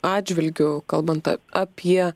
atžvilgiu kalbant apie